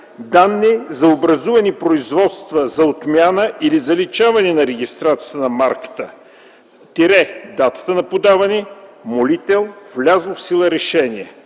данни за образувани производства за отмяна или заличаване регистрацията на марката – датата на подаване, молител, влязло в сила решение;